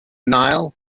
nile